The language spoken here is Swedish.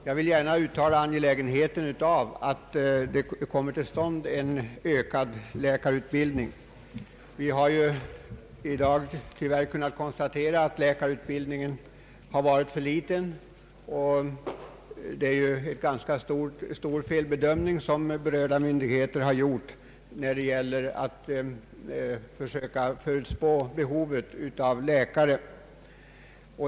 Jag vill gärna understryka angelägenheten av att en ökad läkarutbildning kommer till stånd. Vi har ju tyvärr kunnat konstatera att antalet utbildade läkare varit för litet, och vederbörande myndigheter har gjort en ganska stor felbedömning när det gällt att förespå behovet av läkare.